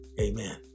amen